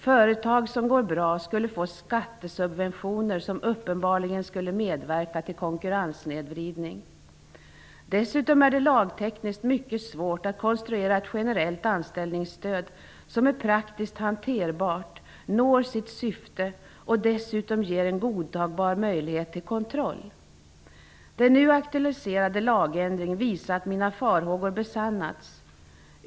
Företag som går bra skulle få skattesubventioner som uppenbarligen skulle medverka till konkurrenssnedvridning. Dessutom är det lagtekniskt mycket svårt att konstruera ett generellt anställningsstöd som är praktiskt hanterbart, som når sitt syfte och som dessutom ger en godtagbar möjlighet till kontroll. Den nu aktualiserade lagändringen visar att mina farhågor har besannats.